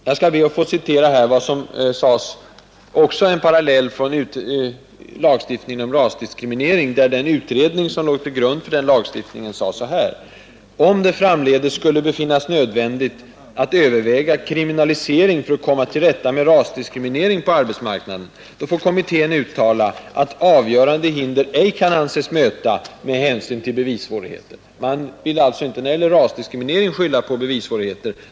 Jag skall be att än en gång få dra en parallell med lagstiftningen om rasdiskriminering. Den utredning som låg till grund för denna lagstiftning uttalade bl.a. följande: ”Om det framdeles skulle befinnas nödvändigt att överväga kriminalisering för att komma till rätta med rasdiskriminering på arbetsmarknaden får kommittén uttala, att avgörande hinder ej kan anses möta med hänsyn till bevissvårigheter.” Man vill alltså inte när det gäller rasdiskriminering skylla på bevissvårigheter.